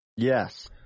Yes